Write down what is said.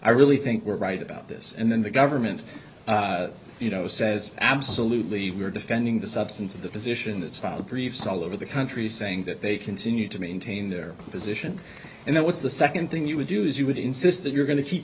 i really think we're right about this and then the government you know says absolutely we're defending the substance of the position that's filed briefs all over the country saying that they continue to maintain their position and that what's the second thing you would do is you would insist that you're going to keep